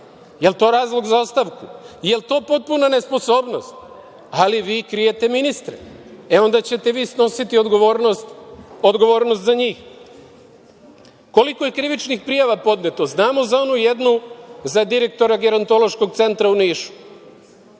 Jel to razlog za ostavku? Jel to potpuna nesposobnost? Ali vi krijete ministre. E, onda ćete vi snositi odgovornost za njih. Koliko je krivičnih prijava podneto? Znamo za onu jednu za direktora gerontološkog centra u Nišu.